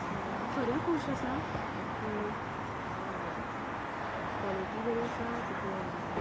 so हांव खरें खुश आसा की काॅलिटी बरी आसा तेगे